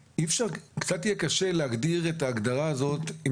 קצת יהיה קשה להגדיר את ההגדרה הזאת אם